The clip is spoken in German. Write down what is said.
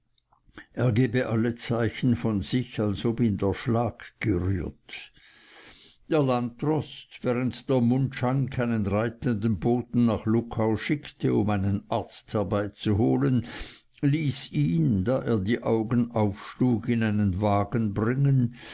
er gebe alle zeichen von sich als ob ihn der schlag gerührt der landdrost während der mundschenk einen reitenden boten nach luckau schickte um einen arzt herbeizuholen ließ ihn da er die augen aufschlug in einen wagen bringen